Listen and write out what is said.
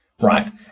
Right